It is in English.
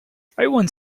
everyone